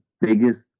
biggest